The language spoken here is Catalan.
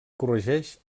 corregeix